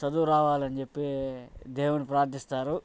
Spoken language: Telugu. చదువు రావాలని చెప్పి దేవుని ప్రార్థిస్తారు